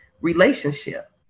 relationship